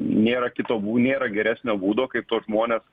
nėra kito nėra geresnio būdo kaip tuos žmones